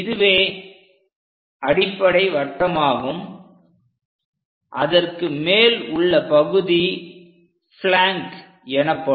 இதுவே அடிப்படை வட்டமாகும் அதற்குமேல் உள்ள பகுதி பிளாங்க் எனப்படும்